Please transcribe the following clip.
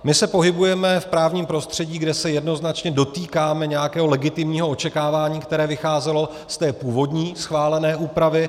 My se pohybujeme v právním prostředí, kde se jednoznačně dotýkáme nějakého legitimního očekávání, které vycházelo z původní schválené úpravy.